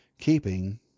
keeping